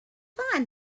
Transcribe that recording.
find